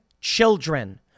children